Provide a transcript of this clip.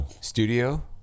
studio